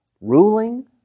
ruling